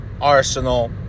Arsenal